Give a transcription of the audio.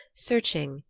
searching,